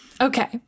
Okay